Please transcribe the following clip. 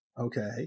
Okay